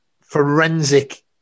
forensic